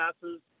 passes